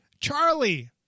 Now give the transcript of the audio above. Charlie